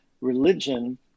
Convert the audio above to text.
religion